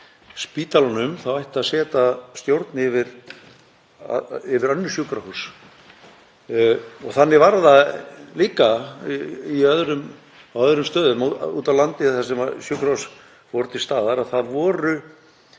spítalanum ætti að setja stjórn yfir önnur sjúkrahús. Þannig var það líka á öðrum stöðum úti á landi þar sem sjúkrahús voru til staðar, þar voru